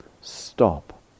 Stop